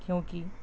کیوں کہ